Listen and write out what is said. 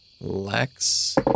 Lex